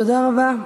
תודה רבה.